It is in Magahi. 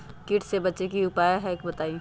कीट से बचे के की उपाय हैं बताई?